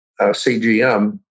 CGM